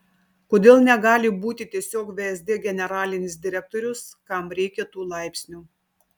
kodėl negali būti tiesiog vsd generalinis direktorius kam reikia tų laipsnių